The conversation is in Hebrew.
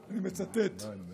אני מצטט: אנחנו לא נשב